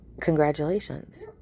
Congratulations